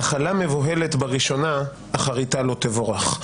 נחלה מבוהלת בראשונה, אחריתה לא תבורך.